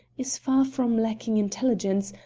is far from lacking intelligence,